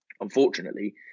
Unfortunately